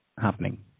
happening